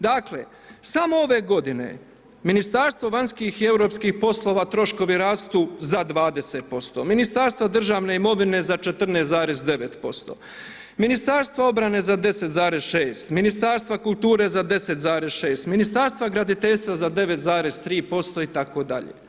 Dakle, samo ove g. Ministarstvo vanjskih i europskih poslova troškovi rastu za 20% Ministarstvo državne imovine za 14,9%, Ministarstvo obrane za 10,6, Ministarstvo kulture za 10,6 Ministarstvo graditeljstva za 9,3% itd.